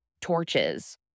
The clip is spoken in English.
torches